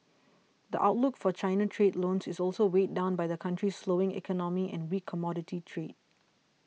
the outlook for China trade loans is also weighed down by the country's slowing economy and weak commodity trade